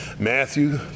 Matthew